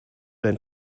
dein